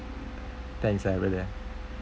thanks ah brother